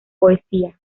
poesía